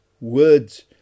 words